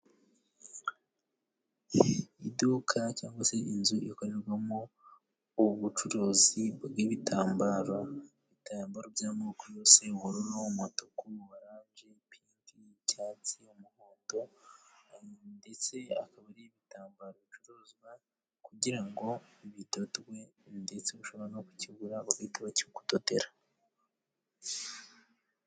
Iduka cyangwa se inzu ikorerwamo ubucuruzi bw'ibitambaro，ibitambaro by'amoko yose ubururu， n'umutuku，oranje, pinki，icyatsi，umuhondo， ndetse akaba ari ibitambaro bicuruzwa， kugira ngo bidodwe， ndetse ushobora no kukigura bagahita bakikudodera.